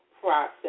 process